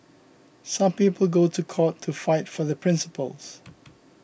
some people go to court to fight for their principles